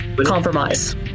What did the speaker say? compromise